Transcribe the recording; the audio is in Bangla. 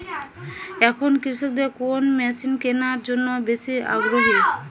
এখন কৃষকদের কোন মেশিন কেনার জন্য বেশি আগ্রহী?